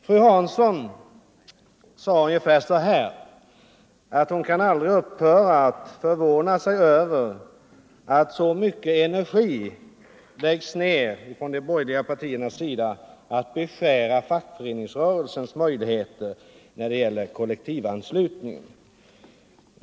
Fru Hansson sade att hon kan aldrig upphöra att förvåna sig över att så mycken energi läggs ned från de borgerliga partiernas sida på att beskära fackföreningsrörelsens möjligheter när det gäller kollektivanslutningen.